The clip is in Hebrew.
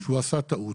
שהוא עשה טעות.